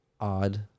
odd